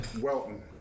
welton